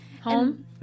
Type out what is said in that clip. home